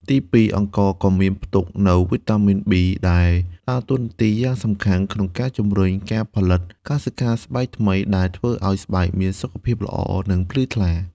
ទីពីរ អង្ករក៏មានផ្ទុកនូវ វីតាមីន ប៊ី ដែលដើរតួនាទីយ៉ាងសំខាន់ក្នុងការជំរុញការផលិតកោសិកាស្បែកថ្មី ដែលធ្វើឱ្យស្បែកមានសុខភាពល្អ និងភ្លឺថ្លា។